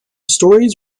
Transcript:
stories